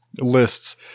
lists